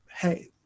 Hey